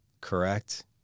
correct